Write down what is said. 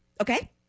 Okay